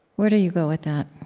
where do you go with that?